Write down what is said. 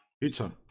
Pizza